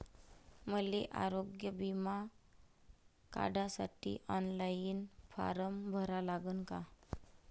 मले आरोग्य बिमा काढासाठी ऑनलाईन फारम भरा लागन का?